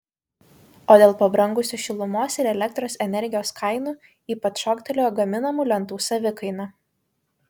o dėl pabrangusių šilumos ir elektros energijos kainų ypač šoktelėjo gaminamų lentų savikaina